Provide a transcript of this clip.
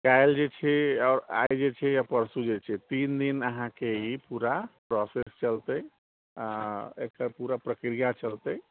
काल्हि जे छै आओर आइ जे छै आओर परसू जे छै तीन दिन अहाँके ई पूरा प्रोसेस चलतै एकर पूरा प्रक्रिया चलतै